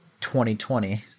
2020